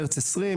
מרץ 2020,